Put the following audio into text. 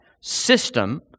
system